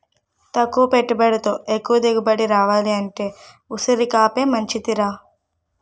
తక్కువ పెట్టుబడితో ఎక్కువ దిగుబడి రావాలంటే ఉసిరికాపే మంచిదిరా